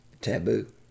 taboo